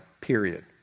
period